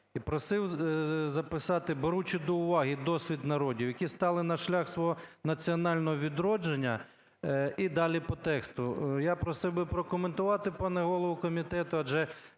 І просив записати: "беручи до уваги досвід народів, які стали на шлях свого національного відродження", - і далі по тексту. Я просив би прокоментувати, пане голово комітету, адже